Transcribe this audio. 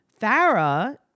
Farah